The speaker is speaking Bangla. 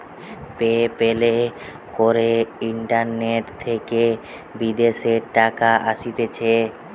পে প্যালে করে ইন্টারনেট থেকে বিদেশের টাকা আসতিছে